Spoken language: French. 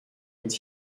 est